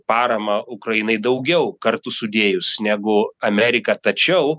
paramą ukrainai daugiau kartu sudėjus negu amerika tačiau